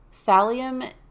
thallium